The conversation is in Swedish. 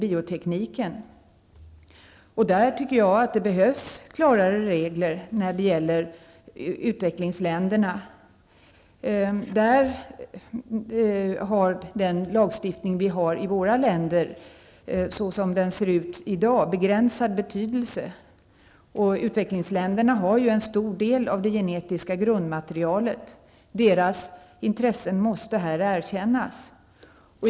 I detta sammanhang anser jag att det behövs klarare regler när det gäller utvecklingsländerna. Den lagstiftning som vi har, såsom den ser ut i dag, har begränsad betydelse. Utvecklingsländerna har en stor del av det genetiska grundmaterialet. Deras intressen måste här erkännas.